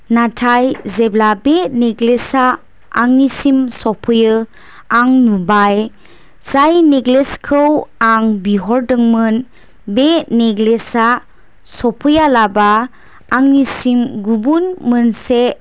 नाथाय जेब्ला बे नेक्लेस आ आंनिसिम सफैयो आं नुबाय जाय नेक्लेस खौ आं बिहरदोंमोन बे नेक्लेस आ सफैयालाबानो आंनिसिम गुबुन मोनसे